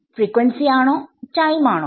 frequency ആണോ time ആണോ